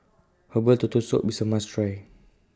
Herbal Turtle Soup IS A must Try